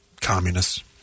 Communists